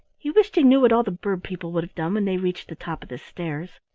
he wished he knew what all the bird people would have done when they reached the top of the stairs.